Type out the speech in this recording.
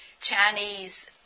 Chinese